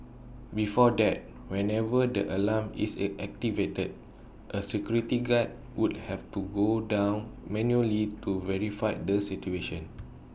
before that whenever the alarm is A activated A security guard would have to go down manually to verify the situation